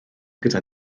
gyda